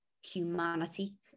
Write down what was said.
humanity